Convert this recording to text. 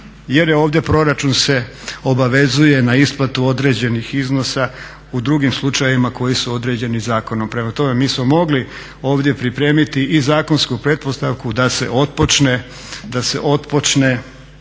jer je ovdje proračun se obavezuje na isplatu određenih iznosa u drugim slučajevima koji su određeni zakonom. Prema tome, mi smo mogli ovdje pripremiti i zakonsku pretpostavku da se otpočne